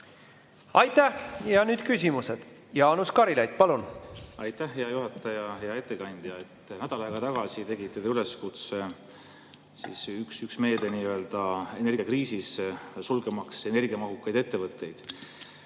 Aitäh! Ja nüüd küsimused. Jaanus Karilaid, palun! Aitäh, hea juhataja! Hea ettekandja! Nädal aega tagasi tegite te üleskutse. Üks meede nii-öelda energiakriisis oleks sulgeda energiamahukaid ettevõtteid.